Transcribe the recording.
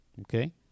okay